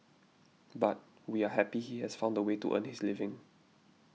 but we are happy he has found a way to earn his living